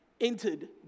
entered